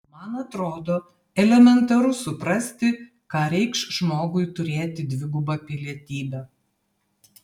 man atrodo elementaru suprasti ką reikš žmogui turėti dvigubą pilietybę